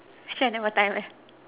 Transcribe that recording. actually I never time eh